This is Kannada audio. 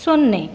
ಸೊನ್ನೆ